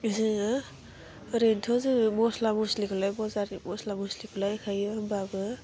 जोङो ओरैन्थ' जोङो मस्ला मस्लिखौलाय बजारनि मस्ला मस्लिखौलाय होखायो होनबाबो